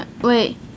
Wait